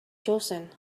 chosen